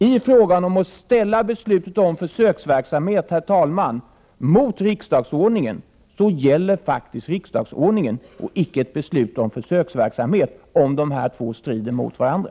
I fråga om att ställa beslutet om försöksverksamhet mot riksdagsordningen gäller faktiskt riksdagsordningen, icke ett beslut om försöksverksamhet, om dessa två strider mot varandra.